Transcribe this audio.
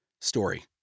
story